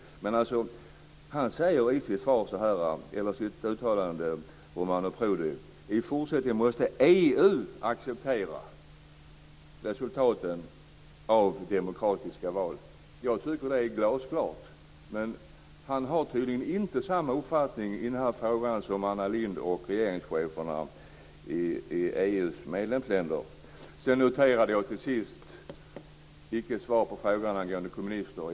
Romano Prodi säger i sitt uttalande att i fortsättningen måste EU acceptera resultaten av demokratiska val. Jag tycker att det är glasklart. Men han har tydligen inte samma uppfattning i den frågan som Anna Lindh och regeringscheferna i Sedan noterade jag till sist att jag inte fick svar på frågan angående kommunister.